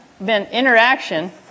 interaction